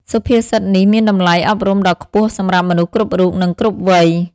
សុភាសិតនេះមានតម្លៃអប់រំដ៏ខ្ពស់សម្រាប់មនុស្សគ្រប់រូប និងគ្រប់វ័យ។